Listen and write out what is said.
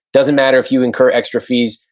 doesn't matter if you incur extra fees,